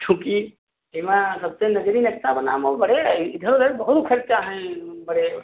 छुकि एमा सबसे नजरी नक्शा बनाए में बहुत बड़े इधर उधर बहुत खर्चा हैं है बड़े